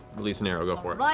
release an arrow, go for it.